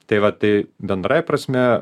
tai vat tai bendrąja prasme